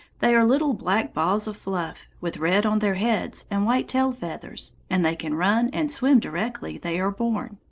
they are little black balls of fluff with red on their heads and white tail-feathers, and they can run and swim directly they are born.